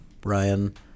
Brian